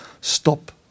stop